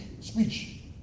speech